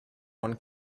one